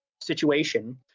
situation